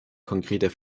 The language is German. konkreter